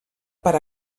per